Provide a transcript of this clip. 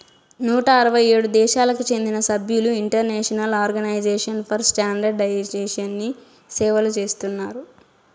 నూట అరవై ఏడు దేశాలకు చెందిన సభ్యులు ఇంటర్నేషనల్ ఆర్గనైజేషన్ ఫర్ స్టాండర్డయిజేషన్ని సేవలు చేస్తున్నారు